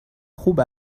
خوب